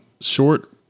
short